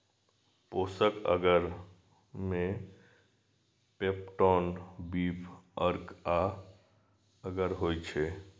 पोषक अगर मे पेप्टोन, बीफ अर्क आ अगर होइ छै